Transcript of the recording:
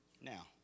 Now